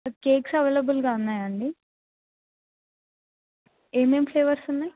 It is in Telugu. కేక్స్ అవైలబుల్గా ఉన్నాయండి ఏమేం ఫ్లేవర్స్ ఉన్నాయి